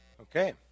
Okay